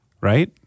right